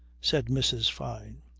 said mrs. fyne.